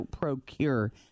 procure